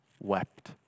wept